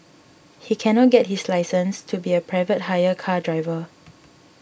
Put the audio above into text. he can not get his license to be a private hire car driver